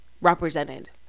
represented